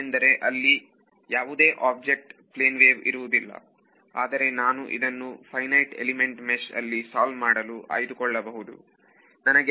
ಏಕೆಂದರೆ ಅಲ್ಲಿ ಯಾವುದೇ ಆಬ್ಜೆಕ್ಟ್ ಪ್ಲೇನ್ವೇವ್ ಇರುವುದಿಲ್ಲ ಆದರೆ ನಾನು ಇದನ್ನು ಫೈನೈಟ್ ಎಲಿಮೆಂಟ್ ಮೆಷ್ ಅಲ್ಲಿ ಸಾಲ್ವ್ ಮಾಡಲು ಆಯ್ದುಕೊಳ್ಳಬಹುದು